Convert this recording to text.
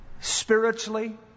spiritually